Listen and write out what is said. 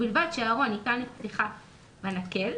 ובלבד שהארון ניתן לפתיחה בנקל,